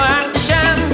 action